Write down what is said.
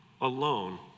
alone